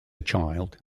child